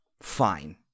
fine